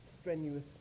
strenuous